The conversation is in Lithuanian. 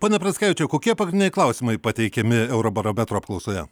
pone pranckevičiau kokie pagrindiniai klausimai pateikiami eurobarometro apklausoje